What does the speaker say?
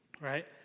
right